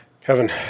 Kevin